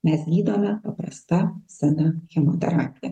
mes gydome paprasta sena chemoterapija